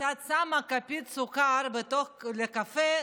כשאת שמה כפית סוכר בתוך הקפה,